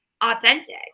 authentic